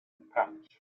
patch